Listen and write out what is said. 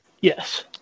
Yes